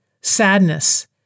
sadness